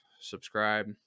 subscribe